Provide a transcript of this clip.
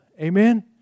Amen